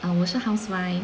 哦我是 housewife